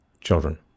Children